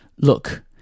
Look